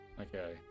Okay